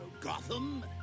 Gotham